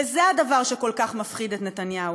וזה הדבר שכל כך מפחיד את נתניהו.